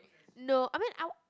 no I mean I